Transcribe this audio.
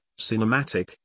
cinematic